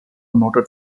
noted